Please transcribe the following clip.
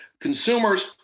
consumers